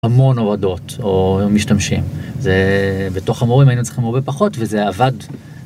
המון אוהדות או משתמשים זה בתוך המורים היינו צריכים הרבה פחות וזה עבד.